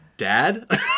dad